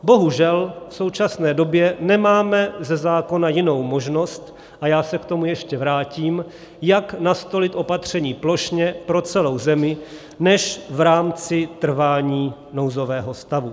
Bohužel v současné době nemáme ze zákona jinou možnost, a já se k tomu ještě vrátím, jak nastolit opatření plošně pro celou zemi, než v rámci trvání nouzového stavu.